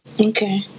Okay